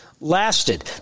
lasted